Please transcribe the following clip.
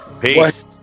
Peace